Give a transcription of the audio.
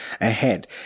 ahead